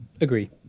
Agree